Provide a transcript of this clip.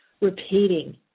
repeating